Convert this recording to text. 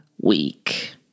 week